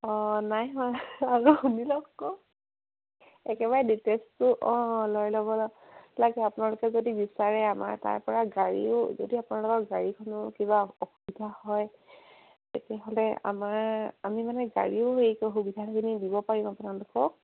অঁ নাই হোৱা আৰু শুনি লওক আকৌ একেবাৰে ডিটেইলছটো অঁ লৈ ল'ব ল লাগে আপোনালোকে যদি বিচাৰে আমাৰ তাৰপৰা গাড়ীও যদি আপোনালোকৰ গাড়ীখনো কিবা অসুবিধা হয় তেতিয়াহ'লে আমাৰ আমি মানে গাড়ীও হেৰি সুবিধাখিনি দিব পাৰিম আপোনালোকক